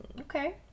okay